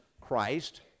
Christ